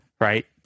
right